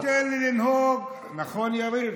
תן לי לנהוג, תן לי לנהוג, נכון, יריב?